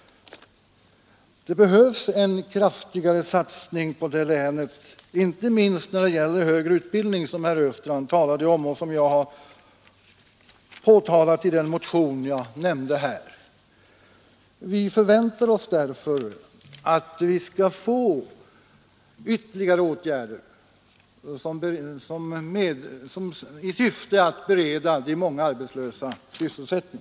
Det behövs en kraftigare satsning på det länet — inte minst när det gäller högre utbildning, som herr Östrand talade om och som jag har påpekat i den motion jag nämnde. Vi förväntar oss därför ytterligare åtgärder i syfte att bereda de många arbetslösa i länet sysselsättning.